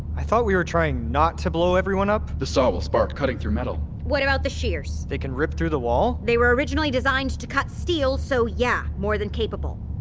i thought we were trying not to blow everyone up the saw will spark, cutting through metal what about the shears? they can rip through the wall? they were originally designed to cut steel, so yeah, more than capable.